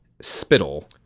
spittle